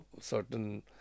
certain